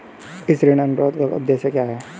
इस ऋण अनुरोध का उद्देश्य क्या है?